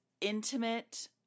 intimate